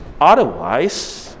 Otherwise